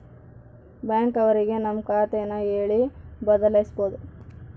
bank ಅವ್ರಿಗೆ ನಮ್ ಖಾತೆ ನ ಹೇಳಿ ಬದಲಾಯಿಸ್ಬೋದು